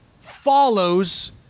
follows